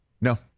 No